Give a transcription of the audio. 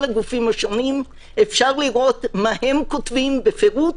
הגופים השונים - אפשר לראות מה הם כותבים בפירוט,